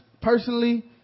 personally